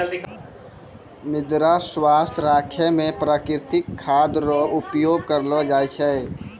मृदा स्वास्थ्य राखै मे प्रकृतिक खाद रो उपयोग करलो जाय छै